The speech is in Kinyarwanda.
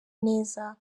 neza